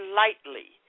lightly